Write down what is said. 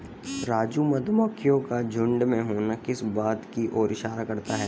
राजू मधुमक्खियों का झुंड में होना किस बात की ओर इशारा करता है?